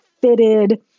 fitted